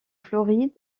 floride